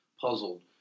puzzled